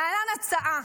להלן הצעה.